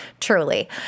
Truly